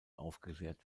aufgeklärt